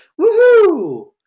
Woohoo